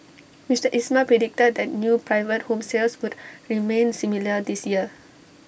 Mister Ismail predicted that new private home sales would remain similar this year